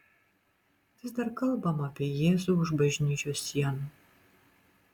vis dar kalbama apie jėzų už bažnyčios sienų